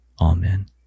Amen